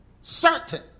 Certain